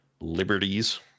liberties